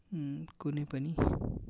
कुनै पनि